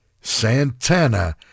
Santana